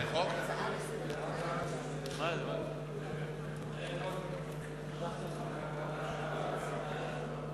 ההצעה להפוך את הצעת חוק ביטוח בריאות